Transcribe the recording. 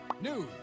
news